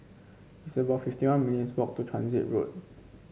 it's about fifty one minutes' walk to Transit Road